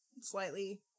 slightly